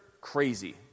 crazy